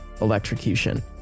electrocution